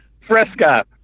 Fresca